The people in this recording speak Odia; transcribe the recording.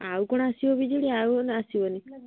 ଆଉ କ'ଣ ଆସିବ ବି ଜେ ଡି ଆଉ ଆସିବନି